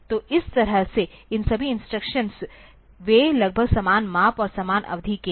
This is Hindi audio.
तो इस तरह से इन सभी इंस्ट्रक्शंस वे लगभग समान माप और समान अवधि के हैं